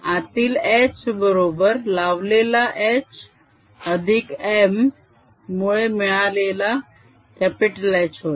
आतील H बरोबर लावलेला H अधिक m मुळे मिळालेला H होय